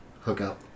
hookup